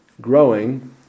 growing